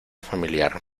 familiar